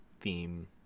theme